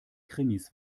krimis